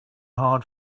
hard